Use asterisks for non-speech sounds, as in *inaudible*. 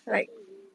*laughs*